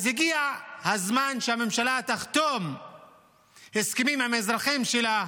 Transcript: אז הגיע הזמן שהממשלה תחתום הסכמים עם האזרחים שלה,